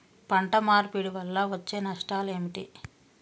పంట మార్పిడి వల్ల వచ్చే నష్టాలు ఏమిటి?